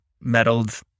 meddled